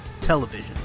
television